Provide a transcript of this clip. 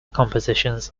compositions